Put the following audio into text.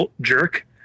jerk